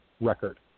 record